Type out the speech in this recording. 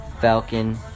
Falcon